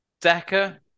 Decker